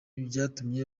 byatumye